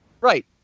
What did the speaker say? Right